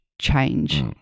change